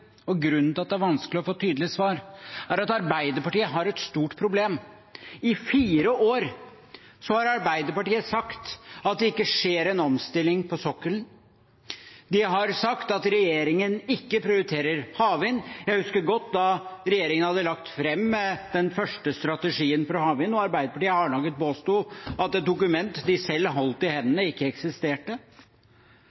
og grunnen til at det er vanskelig å få tydelige svar, er at Arbeiderpartiet har et stort problem. I fire år har Arbeiderpartiet sagt at det ikke skjer en omstilling på sokkelen. De har sagt at regjeringen ikke prioriterer havvind. Jeg husker godt da regjeringen hadde lagt fram den første strategien for havvind og Arbeiderpartiet hardnakket påsto at et dokument de selv holdt i